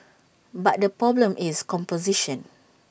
but the problem is composition